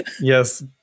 Yes